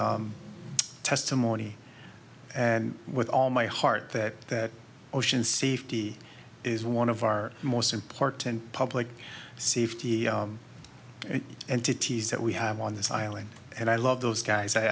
the testimony and with all my heart that that ocean safety is one of our most important public safety entities that we have on this island and i love those guys i